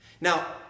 Now